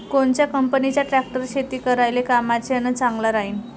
कोनच्या कंपनीचा ट्रॅक्टर शेती करायले कामाचे अन चांगला राहीनं?